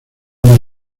una